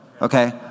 Okay